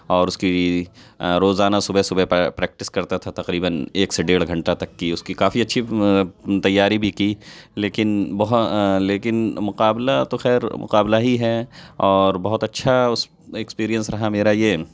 اور اس کی روزانہ صبح صبح پرے پریکٹس کرتا تھا تقریباً ایک سے ڈیڑھ گھنٹہ تک کی اس کی کافی اچھی تیاری بھی کی لیکن لیکن مقابلہ تو خیر مقابلہ ہی ہے اور بہت اچھا اس ایکسپیریئنس رہا میرا یہ